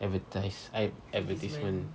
advertise advertisement